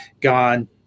Gone